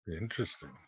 Interesting